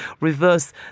reverse